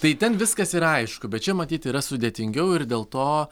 tai ten viskas yra aišku bet čia matyt yra sudėtingiau ir dėl to